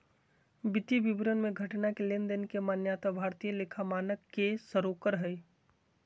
वित्तीय विवरण मे घटना के लेनदेन के मान्यता भारतीय लेखा मानक के सरोकार हय